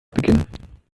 beginnen